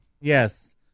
Yes